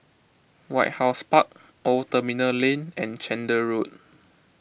White House Park Old Terminal Lane and Chander Road